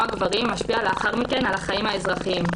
הגברים משפיעה לאחר מכן על החיים האזרחיים?